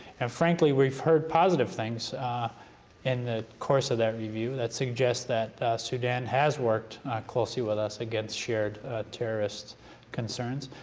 and frankly, we've heard positive things in the course of that review that suggests that sudan has worked closely with us against shared terrorists concerns.